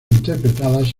interpretadas